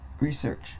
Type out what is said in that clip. research